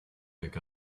pick